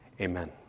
Amen